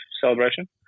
celebration